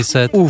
Set